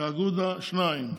לאגודה, שניים.